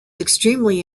extremely